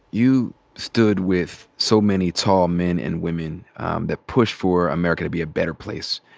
you stood with so many tall men and women that pushed for america to be a better place.